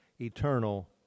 eternal